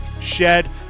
shed